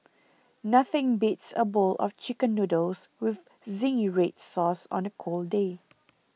nothing beats a bowl of Chicken Noodles with Zingy Red Sauce on a cold day